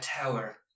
tower